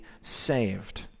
saved